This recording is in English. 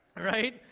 right